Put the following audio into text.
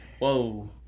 whoa